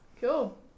Cool